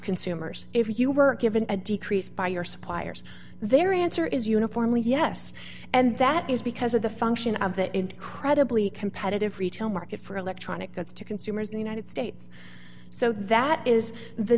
consumers if you were given a decrease by your suppliers their answer is uniformly yes and that is because of the function of the incredibly competitive retail market for electronic goods to consumers in the united states so that is the